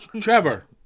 Trevor